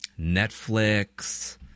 Netflix